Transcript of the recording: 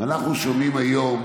ואנחנו שומעים היום